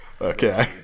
Okay